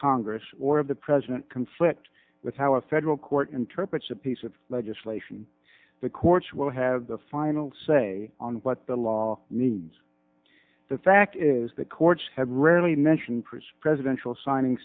congress or of the president conflict with how a federal court interprets a piece of legislation the courts will have the final say on what the law means the fact is the courts have rarely mention priest presidential signing